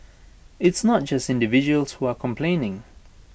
it's not just individuals who are complaining